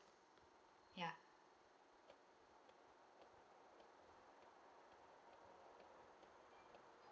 ya